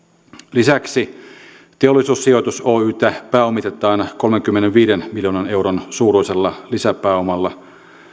lisäksi teollisuussijoitus oytä pääomitetaan kolmenkymmenenviiden miljoonan euron suuruisella lisäpääomalla